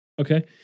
Okay